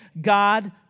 God